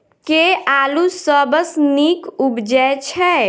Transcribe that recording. केँ आलु सबसँ नीक उबजय छै?